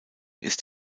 ist